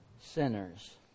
sinners